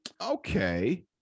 Okay